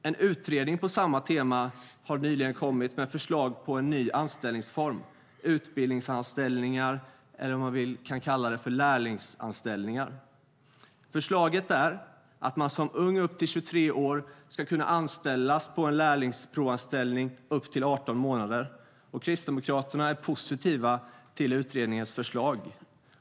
En utredning på samma tema har nyligen kommit med förslag på en ny anställningsform, utbildningsanställningar - om man vill kan man kalla det för lärlingsanställningar. Förslaget är att man som ung, upp till 23 år, ska kunna anställas på en lärlingsprovanställning upp till 18 månader. Kristdemokraterna är positiva till utredningens förslag.